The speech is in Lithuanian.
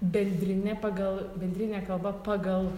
bendrinė pagal bendrinė kalba pagal